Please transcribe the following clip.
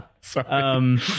Sorry